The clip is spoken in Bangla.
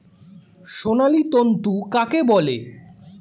সোনালী তন্তু কাকে বলে?